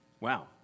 Wow